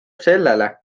sellele